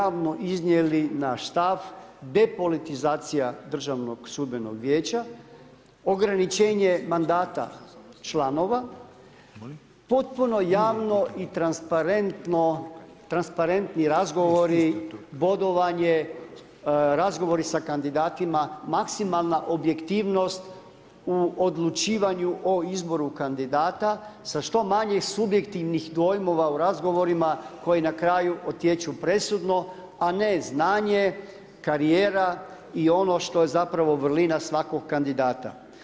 Dakle, jasno smo i javno iznijeli naš stav, depolitizacija Državnog sudbenog vijeća, ograničenje mandata članova, potpuno javno i transparentni razgovori, bodovanje, razgovori sa kandidatima, maksimalna objektivnost u odlučivanju o izboru kandidata, sa što manjim subjektivnih dojmova o razgovorima koji na kraju utječu presudno, a ne znanje, karijera i ono što je zapravo vrlina svakog kandidata.